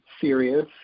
serious